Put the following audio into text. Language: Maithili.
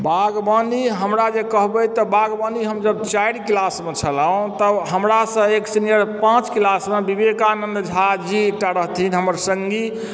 बागवानी हमरा जे कहबय तऽ बागवानी हम जब चारि क्लासमे छलहुँ तब हमरासँ एक सीनियर पाँच क्लासमे विवेकानन्द झा जी एकटा रहथिन हमर संगी